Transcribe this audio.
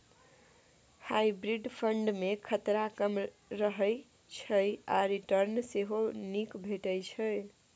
hybrid fund मे खतरा कम रहय छै आ रिटर्न सेहो नीक भेटै छै